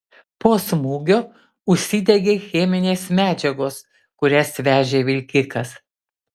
po smūgio užsidegė cheminės medžiagos kurias vežė vilkikas